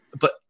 but-